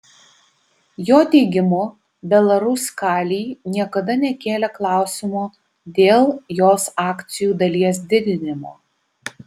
jo teigimu belaruskalij niekada nekėlė klausimo dėl jos akcijų dalies didinimo